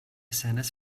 seines